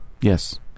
Yes